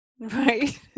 Right